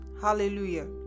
Hallelujah